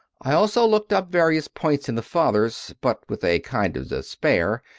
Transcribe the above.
i also looked up various points in the fathers, but with a kind of despair,